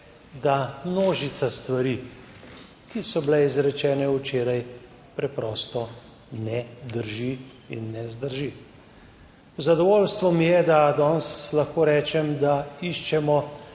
da množica stvari, ki so bile izrečene včeraj preprosto ne drži in ne zdrži. Zadovoljstvo mi je, da danes lahko rečem, da iščemo